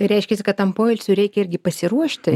tai reiškiasi kad tam poilsiui reikia irgi pasiruošti